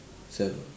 seven